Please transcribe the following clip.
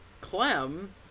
Clem